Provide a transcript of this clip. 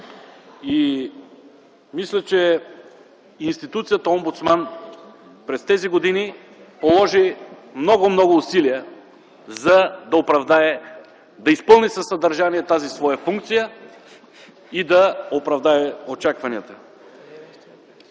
Мисля, че институцията омбудсман през тези години положи много, много усилия, за да оправдае и да изпълни със съдържание тази своя функция, да оправдае очакванията.